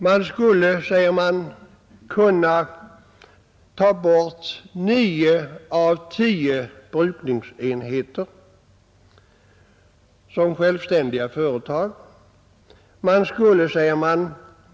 Vi skulle, säger de, kunna ta bort nio av tio brukningsenheter som självständiga företag.